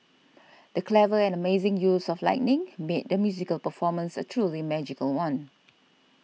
the clever and amazing use of lighting made the musical performance a truly magical one